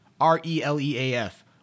R-E-L-E-A-F